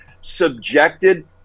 subjected